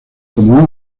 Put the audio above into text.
como